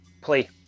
play